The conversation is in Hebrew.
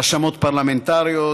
רשמות פרלמנטריות,